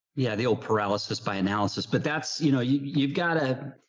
yeah, the old paralysis by analysis, but that's, you know, you've you've got ah